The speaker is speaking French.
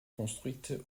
construite